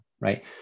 right